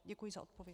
Děkuji za odpověď.